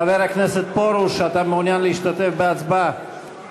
חבר הכנסת פרוש, אתה מעוניין להשתתף בהצבעה?